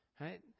Right